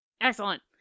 Excellent